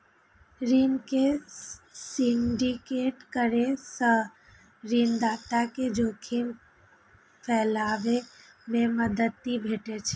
ऋण के सिंडिकेट करै सं ऋणदाता कें जोखिम फैलाबै मे मदति भेटै छै